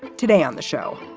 today on the show,